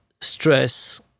stress